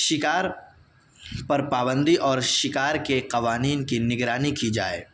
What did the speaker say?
شکار پر پابندی اور شکار کے قوانین کی نگرانی کی جائے